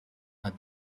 are